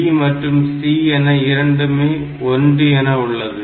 B மற்றும் C என இரண்டுமே 1 என உள்ளது